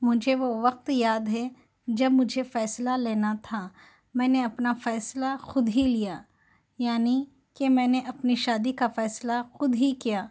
مجھے وہ وقت یاد ہے جب مجھے فیصلہ لینا تھا میں نے اپنا فیصلہ خود ہی لیا یعنی کہ میں نے اپنی شادی کا فیصلہ خود ہی کیا